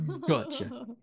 Gotcha